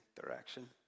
direction